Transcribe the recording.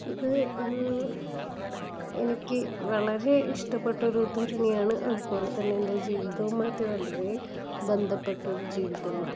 ഇത് എനിക്ക് വളരെ ഇഷ്ടപ്പെട്ടൊരു ഉദ്ധരണിയാണ് അതുപോലെ തന്നെ എൻ്റെ ജീവിതവുമായിട്ട് വളരെ ബന്ധപ്പെട്ടൊരു ജീവിതമാണ്